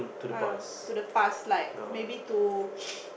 err to the past like maybe to